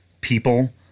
people